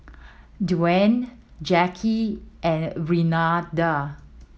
Dewayne Jacky and Renada